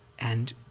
and